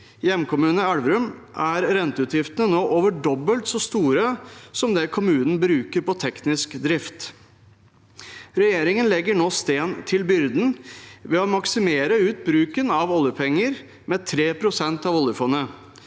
hjemkommune, Elverum, er renteutgiftene nå over dobbelt så store som det kommunen bruker på teknisk drift. Regjeringen legger nå stein til byrden ved å maksimere ut bruken av oljepenger med 3 pst. av oljefondet.